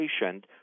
patient